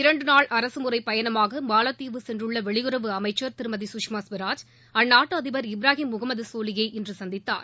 இரண்டு நாள் அரசுமுறை பயணமாக மாலத்தீவு சென்றுள்ள வெளியுறவு அமைச்சர் திருமதி சுஷ்மா சுவராஜ் அந்நாட்டு அதிபர் இப்ராஹிம் முகமது சோலியை இன்று சந்தித்தார்